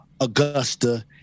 Augusta